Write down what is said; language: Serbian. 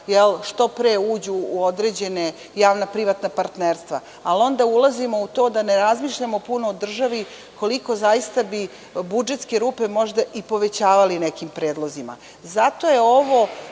što pre uđu u određena javna privatna partnerstva, ali onda ulazimo u to da ne razmišljamo puno o državi koliko bi zaista budžetske rupe možda i povećavali nekim predlozima. Zato je ovo,